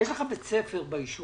יש לך בית ספר ביישוב,